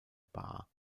baar